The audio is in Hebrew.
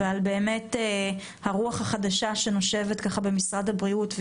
ובאמת על הרוח החדשה שנושבת במשרד הבריאות.